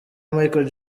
michael